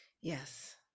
yes